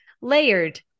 layered